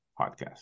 podcast